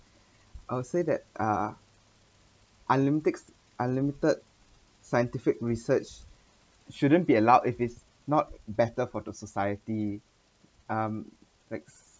I would say that uh unlimited unlimited scientific research shouldn't be allowed if it is not better for the society um likes